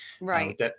right